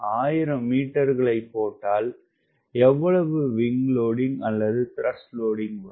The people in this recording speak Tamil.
1000 மீட்டர்களை போட்டால் எவ்வளவு விங்க் அல்லது த்ரஸ்ட் லோடிங்க் வரும்